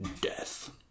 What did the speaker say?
Death